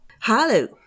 Hello